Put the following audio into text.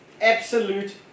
absolute